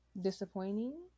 disappointing